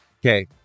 Okay